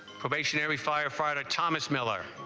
probationary firefighter thomas miller